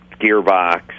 gearbox